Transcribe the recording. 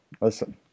Listen